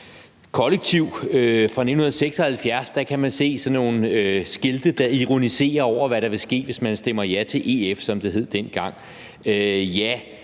kollektiv fra 1976 se sådan nogle skilte, der ironiserer over, hvad der vil ske, hvis man stemmer ja til EF,